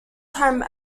time